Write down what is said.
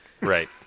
right